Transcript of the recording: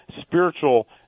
spiritual